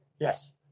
Yes